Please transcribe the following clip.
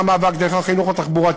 שהוא גם חלק מהמאבק דרך החינוך התחבורתי,